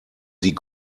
sie